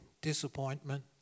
Disappointment